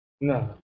No